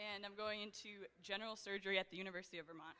and i'm going into general surgery at the university of vermont